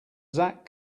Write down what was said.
zach